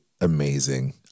amazing